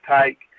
Take